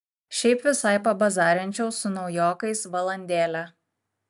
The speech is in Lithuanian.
šiaip visai pabazarinčiau su naujokais valandėlę